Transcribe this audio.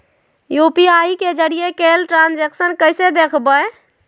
UPI के जरिए कैल ट्रांजेक्शन कैसे देखबै?